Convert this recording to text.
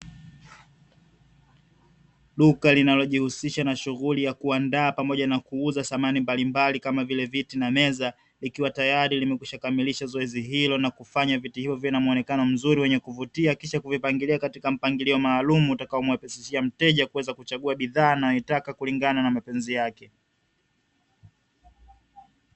Duka linalojihusisha na shughuli ya kuandaa pamoja na kuuza samani mbalimbali, kama vile viti na meza, likiwa tayari limekwisha kamilisha zoezi hilo na kufanya viti hivyo viwe na muonekano mzuri wenye kuvutia, kisha kuvipangilia katika mpangilio maalumu, utakaomwepesishia mteja kuweza kuchagua bidhaa anayoitaka, kulingana na mapenzi yake.